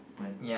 open